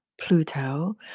Pluto